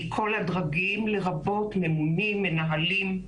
מכל הדרגים, לרבות ממונים ומנהלים,